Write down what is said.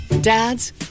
Dads